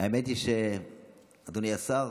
האמת היא, אדוני השר,